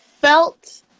felt